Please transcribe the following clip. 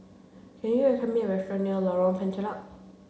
can you recommend me a restaurant near Lorong Penchalak